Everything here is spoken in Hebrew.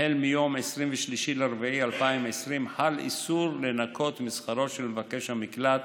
החל מיום 23 באפריל 2020 חל איסור לנכות משכרו של מבקש המקלט